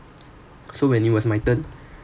so when it was my turn